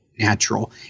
natural